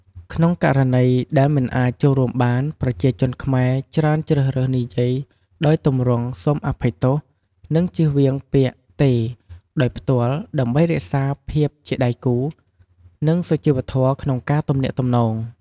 ក្នុងករណីដែលមិនអាចចូលរួមបាន ប្រជាជនខ្មែរច្រើនជ្រើសរើសនិយាយដោយទម្រង់ សូមអភ័យទោស និងចៀសវាងពាក្យ "ទេ" ដោយផ្ទាល់ ដើម្បីរក្សាភាពជាដៃគូរ និងសុជីវធម៌ក្នុងការទំនាក់ទំនង។